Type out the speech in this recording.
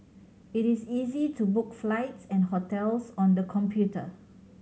it is easy to book flights and hotels on the computer